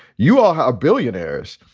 you are billionaires.